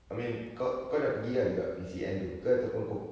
I mean kau kau dah pergi ah juga P_C_N tu ke ataupun kau